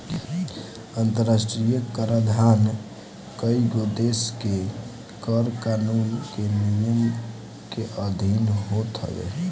अंतरराष्ट्रीय कराधान कईगो देस के कर कानून के नियम के अधिन होत हवे